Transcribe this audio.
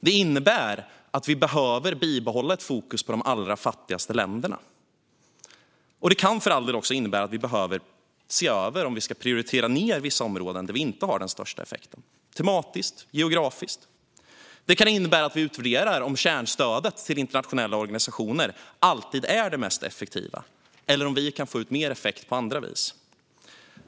Det innebär att vi behöver bibehålla ett fokus på de allra fattigaste länderna. Det kan för all del också innebära att vi behöver se över om vi ska prioritera ned vissa områden där vi inte har den största effekten. Det kan vara tematiskt eller geografiskt. Det kan innebära att vi utvärderar om kärnstödet till internationella organisationer alltid är det mest effektiva eller om vi kan få ut mer effekt på andra vis.